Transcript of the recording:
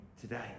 today